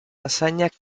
hazañas